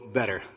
better